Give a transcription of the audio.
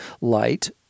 light